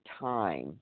time